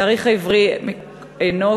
התאריך העברי קבוע,